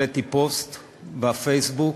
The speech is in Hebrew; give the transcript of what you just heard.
העליתי פוסט בפייסבוק